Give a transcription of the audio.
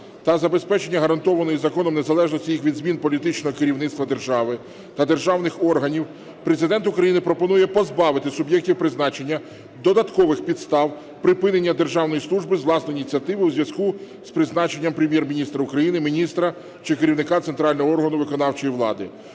та забезпечення гарантованої законом незалежності їх від змін політичного керівництва держави та державних органів, Президент України пропонує позбавити суб'єктів призначення додаткових підстав припинення державної служби з власної ініціативи у зв'язку з призначенням Прем'єр-міністра України, міністра чи керівника центрального органу виконавчої влади.